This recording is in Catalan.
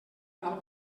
tal